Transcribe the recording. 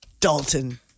Dalton